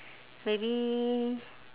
maybe